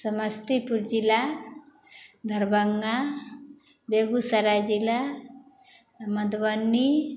समस्तीपुर जिला दरभंगा बेगुसराय जिला मधुबनी